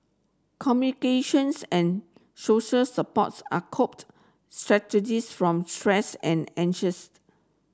communications and social supports are coped strategies from stress and anxiety